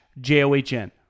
j-o-h-n